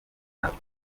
yabo